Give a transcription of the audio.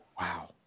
wow